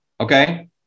Okay